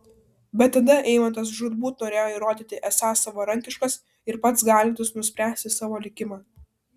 bet tada eimantas žūtbūt norėjo įrodyti esąs savarankiškas ir pats galintis nuspręsti savo likimą